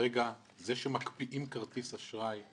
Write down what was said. זה שמקפיאים כרטיס אשראי,